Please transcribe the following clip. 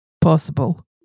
possible